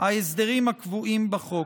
ההסדרים הקבועים בחוק.